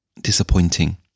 disappointing